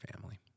family